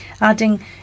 adding